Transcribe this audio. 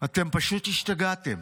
אתם פשוט השתגעתם,